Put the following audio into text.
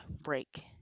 break